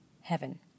heaven